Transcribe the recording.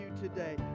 today